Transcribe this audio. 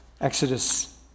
Exodus